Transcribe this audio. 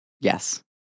yes